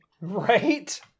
Right